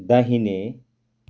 दाहिने